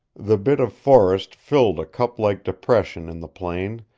the bit of forest filled a cup-like depression in the plain,